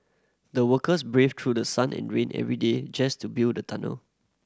the workers braved through the sun and rain every day just to build the tunnel